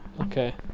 Okay